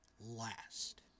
last